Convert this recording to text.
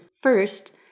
first